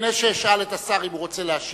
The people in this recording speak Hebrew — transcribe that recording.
לפני שאשאל את השר אם הוא רוצה להשיב,